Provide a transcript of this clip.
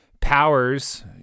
powers